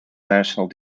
national